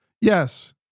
Yes